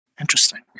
interesting